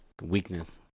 weakness